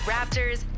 Raptors